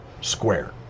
square